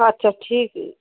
আচ্ছা ঠিক